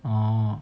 ah